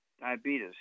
diabetes